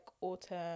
autumn